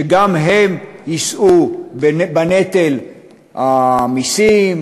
שגם הם יישאו בנטל המסים,